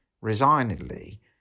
Resignedly